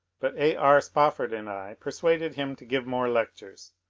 but a. r. spofford and i persuaded him to give more lectures.